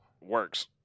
works